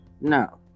no